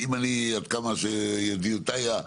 עד כמה שידיעותיי-